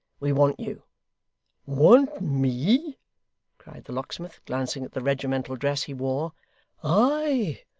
we want you want me cried the locksmith, glancing at the regimental dress he wore ay,